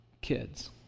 kids